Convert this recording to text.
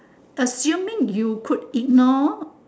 assuming you could ignore